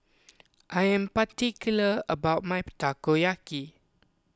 I am particular about my Takoyaki